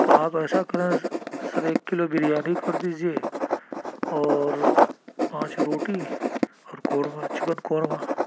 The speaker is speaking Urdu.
تو آپ ایسا کریں سر ایک کلو بریانی کر دیجیے اور پانچ روٹی اور قورمہ چکن قورمہ